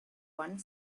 one